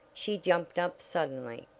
she jumped up suddenly.